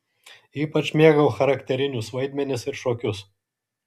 ypač mėgau charakterinius vaidmenis ir šokius